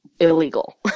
illegal